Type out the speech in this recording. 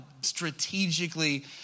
strategically